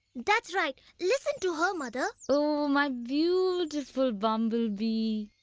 that's right, listen to her, mother! o my beautiful bumblebee,